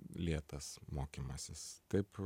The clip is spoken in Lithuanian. lėtas mokymasis taip